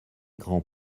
grands